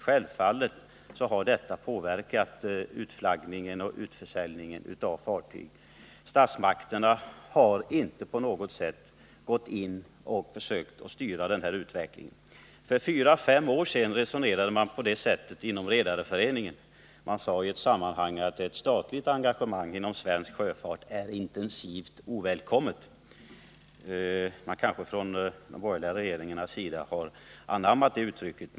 Självfallet har denna brist påverkat utflaggningen och utförsäljningen av fartyg. Statsmakterna har inte på något sätt gått in och försökt styra denna utveckling. För fyra fem år sedan sade man i ett sammanhang så här inom Redareföreningen: Ett statligt engagemang i svensk sjöfart är intensivt ovälkommet. De borgerliga regeringarna har kanske anammat den inställningen.